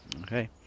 Okay